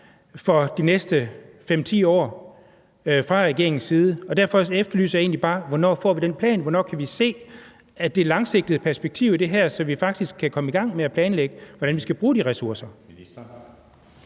for de næste 5-10 år, og derfor efterlyser jeg egentlig bare, hvornår vi får den plan. Hvornår kan vi se det langsigtede perspektiv i det her, så vi faktisk kan komme i gang med at planlægge, hvordan vi skal bruge de ressourcer?